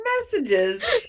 messages